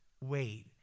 wait